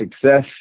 Success